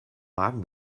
magen